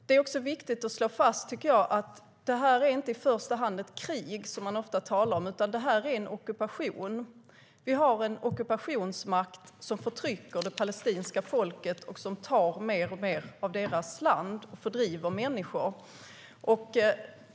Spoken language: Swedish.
Det är inte i första hand ett krig, vilket man ofta talar om, utan det är en ockupation. Vi har en ockupationsmakt som förtrycker det palestinska folket, tar mer och mer av deras land och fördriver människor.